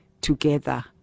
together